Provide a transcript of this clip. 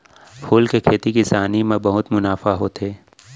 फूल के खेती किसानी म बहुत मुनाफा होथे